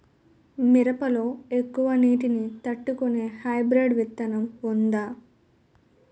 మిరప లో ఎక్కువ నీటి ని తట్టుకునే హైబ్రిడ్ విత్తనం వుందా?